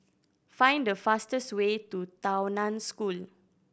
find the fastest way to Tao Nan School